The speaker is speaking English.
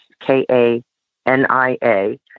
K-A-N-I-A